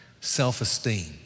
self-esteem